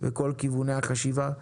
וכל כיווני החשיבה.